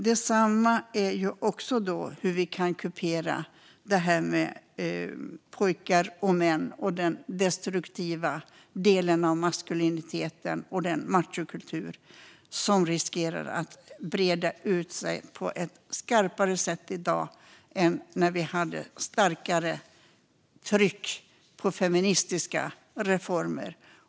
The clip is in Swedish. Den andra handlar om pojkar och män och hur vi kan kupera den destruktiva delen av maskuliniteten och den machokultur som riskerar att breda ut sig på ett skarpare sätt i dag än när vi hade starkare tryck på feministiska reformer.